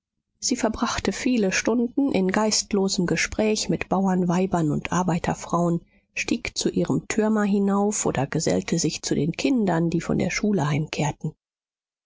sie verbrachte viele stunden in geistlosem gespräch mit bauernweibern und arbeiterfrauen stieg zu ihrem türmer hinauf oder gesellte sich zu den kindern die von der schule heimkehrten